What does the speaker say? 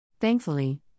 Thankfully